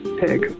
pig